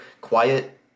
quiet